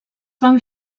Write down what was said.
van